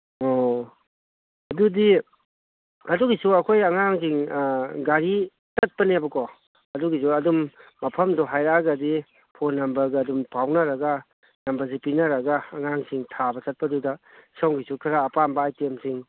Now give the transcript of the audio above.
ꯑꯣ ꯑꯗꯨꯗꯤ ꯑꯗꯨꯒꯤꯁꯨ ꯑꯩꯈꯣꯏ ꯑꯉꯥꯡꯁꯤꯡ ꯒꯥꯔꯤ ꯆꯠꯄꯅꯦꯕꯀꯣ ꯑꯗꯨꯒꯤꯁꯨ ꯑꯗꯨꯝ ꯃꯐꯝꯗꯨ ꯍꯥꯏꯔꯛꯑꯒꯗꯤ ꯐꯣꯟ ꯅꯝꯕꯔꯒ ꯑꯗꯨꯝ ꯐꯥꯎꯅꯔꯒ ꯅꯝꯕꯔꯁꯦ ꯄꯤꯅꯔꯒ ꯑꯉꯥꯡꯁꯤꯡ ꯊꯥꯕ ꯆꯠꯄꯗꯨꯗ ꯁꯣꯝꯒꯤꯁꯨ ꯈꯔ ꯑꯄꯥꯝꯕ ꯑꯥꯏꯇꯦꯝꯁꯤꯡ